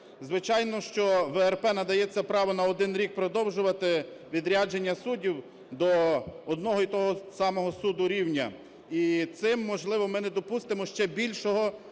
Звичайно, що ВРП надається право на один рік продовжувати відрядження суддів до одного і того самого суду рівня, і цим, можливо, ми не допустимо ще більшого